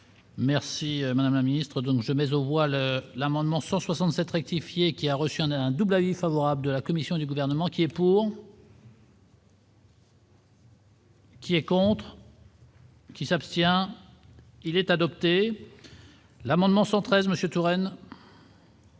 Merci, Madame la Ministre, ne jamais au voile l'amendement 167 rectifiées, qui a reçu un un double a eu favorable de la commission du gouvernement qui est pour. Qui est contre. Qui s'abstient, il est adopté, l'amendement sur 13 Monsieur